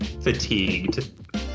fatigued